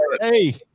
hey